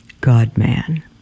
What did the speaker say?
God-man